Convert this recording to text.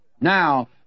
Now